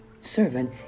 Servant